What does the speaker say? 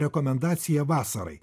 rekomendaciją vasarai